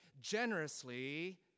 generously